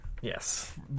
Yes